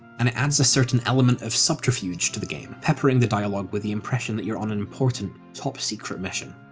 and it adds a certain element of subterfuge to the game, peppering the dialogue with the impression that you're on an important top-secret mission.